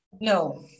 No